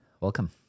Welcome